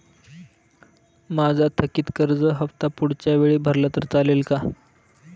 माझा थकीत कर्ज हफ्ता पुढच्या वेळी भरला तर चालेल का?